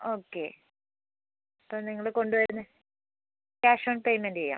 okay അപ്പോൾ നിങ്ങള് കൊണ്ടുവരുന്നത് ക്യാഷ് ഓൺ പേയ്മെൻ്റെ ചെയ്യാം